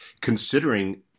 considering